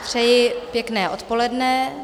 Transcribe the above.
Přeji pěkné odpoledne.